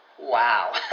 wow